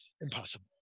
Impossible